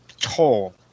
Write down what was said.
toll